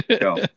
go